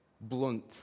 blunt